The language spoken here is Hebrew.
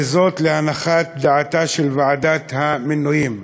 להנחת דעתה של ועדת המינויים.